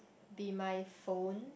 be my phone